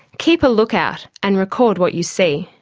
keep a lookout and record what you see.